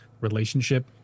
relationship